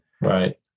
Right